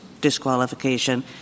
disqualification